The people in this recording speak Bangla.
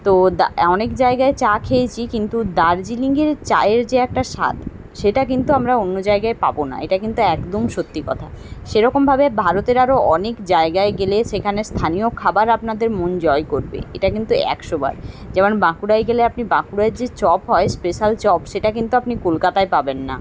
তো দা অনেক জায়গায় চা খেয়েছি কিন্তু দার্জিলিঙের চায়ের যে একটা স্বাদ সেটা কিন্তু আমরা অন্য জায়গায় পাবো না এটা কিন্তু একদম সত্যি কথা সেরকমভাবে ভারতের আরও অনেক জায়গায় গেলে সেখানের স্থানীয় খাবার আপনাদের মন জয় করবে এটা কিন্তু একশোবার যেমন বাঁকুড়ায় গেলে আপনি বাঁকুড়ার যে চপ হয় স্পেশাল চপ সেটা কিন্তু আপনি কলকাতায় পাবেন না